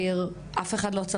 זה לא סביר.